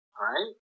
Right